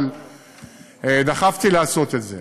אבל דחפתי לעשות את זה.